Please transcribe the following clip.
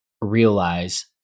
realize